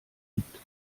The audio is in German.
gibt